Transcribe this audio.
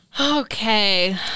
Okay